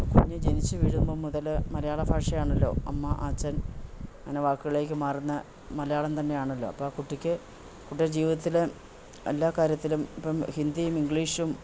കുഞ്ഞ് ജനിച്ച് വീഴുമ്പം മുതൽ മലയാള ഭാഷയാണല്ലോ അമ്മ ആച്ഛൻ അങ്ങനെ വാക്കുകളിലേക്ക് മാറുന്ന മലയാളം തന്നെയാണല്ലോ അപ്പോൾ ആ കുട്ടിക്ക് കുട്ടിയുടെ ജീവിതത്തിൽ എല്ലാ കാര്യത്തിലും ഇപ്പം ഹിന്ദിയും ഇംഗ്ലീഷും